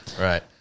Right